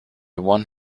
one